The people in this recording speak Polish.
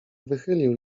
wychylił